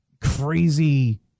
crazy